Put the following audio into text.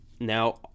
now